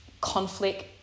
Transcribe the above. conflict